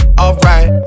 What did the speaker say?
alright